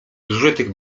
zużytych